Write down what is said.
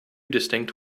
distinct